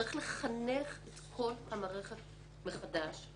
צריך לחנך את כל המערכת מחדש.